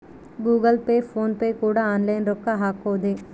Google Pay PhonePe ಕೂಡ online ರೊಕ್ಕ ಹಕೊದೆ